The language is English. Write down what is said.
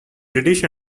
british